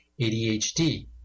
ADHD